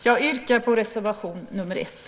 Jag yrkar bifall till reservation 1.